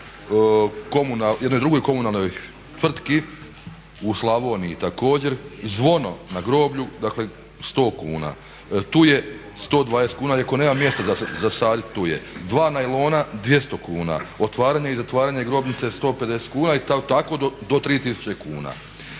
jednoj drugoj komunalnoj tvrtki u Slavoniji također, zvono na groblju, dakle 100 kuna, tu je 120 kuna, iako nema mjesta za …/Govornik se ne razumije./… tu je. Dva najlona 200 kuna. Otvaranje i zatvaranje grobnice 150 kuna i tako do 3000 kuna.